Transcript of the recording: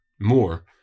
More